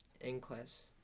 in-class